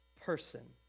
person